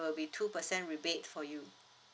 be two percent rebate for you